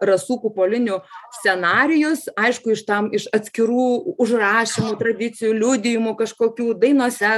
rasų kupolinių scenarijus aišku iš tam iš atskirų užrašymų tradicijų liudijimų kažkokių dainose